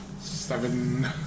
Seven